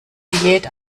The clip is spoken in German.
diät